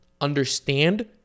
understand